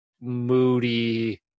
moody